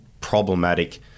problematic